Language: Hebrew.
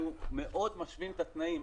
אנחנו מאוד משווים את התנאים.